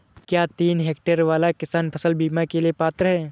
क्या तीन हेक्टेयर वाला किसान फसल बीमा के लिए पात्र हैं?